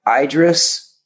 Idris